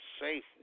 safe